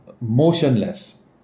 motionless